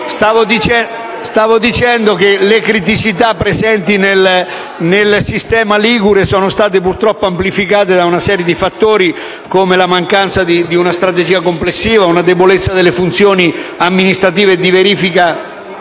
Come dicevo, le criticità presenti nel sistema ligure sono state purtroppo amplificate da una serie di fattori come la mancanza di una strategia complessiva, una debolezza delle funzioni amministrative di verifica